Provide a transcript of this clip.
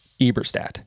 Eberstadt